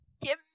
give